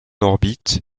orbite